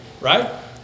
Right